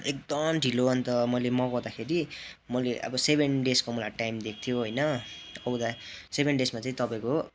एकदम ढिलो अन्त मैले मगाउँदाखेरि मैले अब सेभेन डेजको मलाई टाइम दिएको थियो होइन आउँदा सेभेन डेजमा चाहिँ तपाईँको